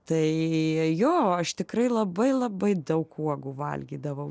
tai jo aš tikrai labai labai daug uogų valgydavau